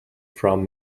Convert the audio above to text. from